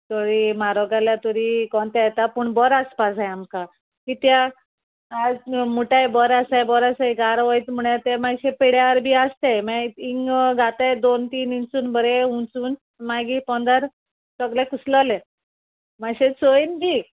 थोडी म्हारग जाल्यार तरी कोन ते येता पूण बोरो आसपा जाय आमकां कित्याक आज मुटाय बोरो आसाय बोरो आसा गारा वयत म्हळ्यार ते मातशे पेड्यार बी आसताय मागीर हिंग घात दोन तीन इंसून बरें उंचून मागीर पोंदर सगलें खुसलोलें मातशें चोयन दी